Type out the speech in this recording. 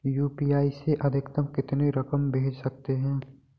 UPI से अधिकतम कितनी रकम भेज सकते हैं?